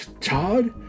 Todd